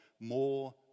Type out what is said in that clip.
more